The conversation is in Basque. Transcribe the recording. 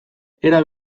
era